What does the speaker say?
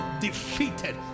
defeated